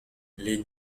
les